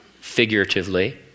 figuratively